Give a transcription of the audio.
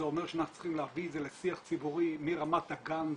זה אומר שאנחנו צריכים להביא את זה לשיח ציבורי מרמת הגן והלאה,